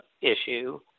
issue